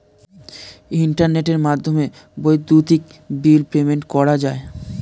ইন্টারনেটের মাধ্যমে বৈদ্যুতিক বিল পেমেন্ট করা যায়